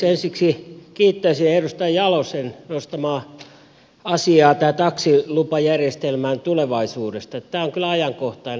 ensiksi kiittäisin edustaja jalosta tämän nostamasta asiasta taksilupajärjestelmän tulevaisuudesta että tämä on kyllä ajankohtainen